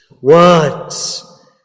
words